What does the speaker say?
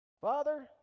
Father